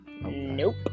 Nope